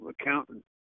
accountant